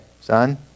son